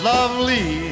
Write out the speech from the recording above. Lovely